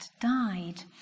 died